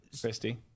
Christy